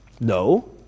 No